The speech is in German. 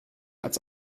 als